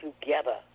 together